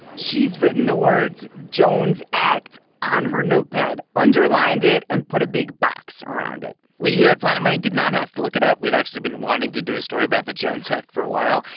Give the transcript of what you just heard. she's written the words jones act on her notepad, underlined it and put a big box around it we here at planet money did not have to look it up. we've actually been wanting to do a story about the jones act for a while.